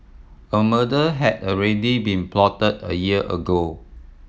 a murder had already been plotted a year ago